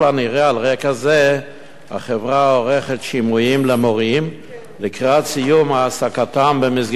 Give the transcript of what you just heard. על רקע זה החברה עורכת שימועים למורים לקראת סיום העסקתם במסגרת הזאת.